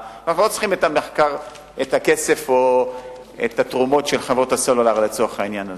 את הכסף או את התרומות של החברות הסלולריות לצורך העניין הזה.